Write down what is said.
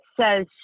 says